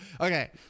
okay